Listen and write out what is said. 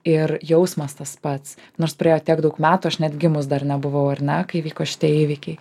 ir jausmas tas pats nors praėjo tiek daug metų aš net gimus dar nebuvau ar ne kai vyko šitie įvykiai